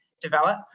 develop